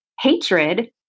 hatred